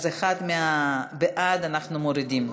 אז אחד מהבעד אנחנו מורידים.